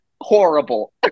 horrible